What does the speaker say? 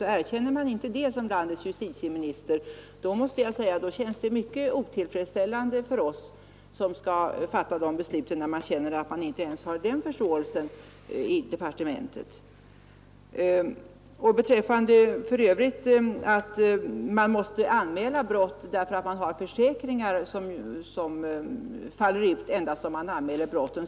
Och erkänner man inte det som landets justitieminister, så måste jag säga att det känns mycket otillfredsställande för oss som skall fatta besluten, när vi märker att vi inte ens har den förståelsen i departementet. Justitieministern säger att man måste anmäla brott därför att man har försäkringar som faller ut endast om man anmäler brotten.